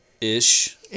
Ish